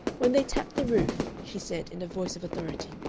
when they tap the roof, she said, in a voice of authority,